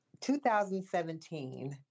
2017